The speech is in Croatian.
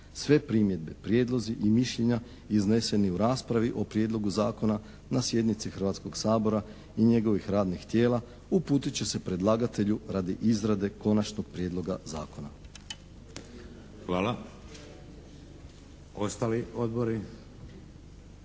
Sve primjedbe, prijedlozi i mišljenja izneseni u raspravi o Prijedlogu Zakona na sjednici Hrvatskog sabora i njegovih radnih tijela uputit će se predlagatelju radi izrade konačnog prijedloga zakona. **Šeks, Vladimir